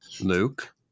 Luke